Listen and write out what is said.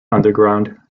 underground